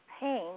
pain